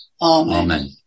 Amen